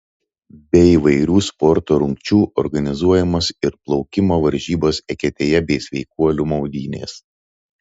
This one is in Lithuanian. be įvairių sporto rungčių organizuojamos ir plaukimo varžybos eketėje bei sveikuolių maudynės